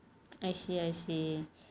I see I see